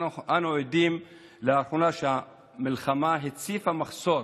אנו עדים לאחרונה לכך שהמלחמה הציפה מחסור